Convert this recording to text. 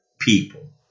people